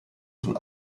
von